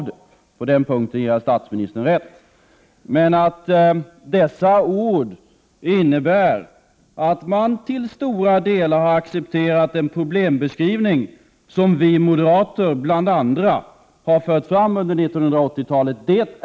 Det är alldeles obestridligt att man med dessa ord till stora delar har accepterat en problembeskrivning som vi moderater, bl.a., har fört fram under 80-talet.